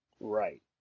Right